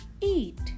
eat